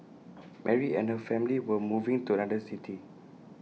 Mary and her family were moving to another city